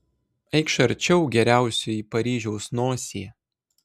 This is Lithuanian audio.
eikš arčiau geriausioji paryžiaus nosie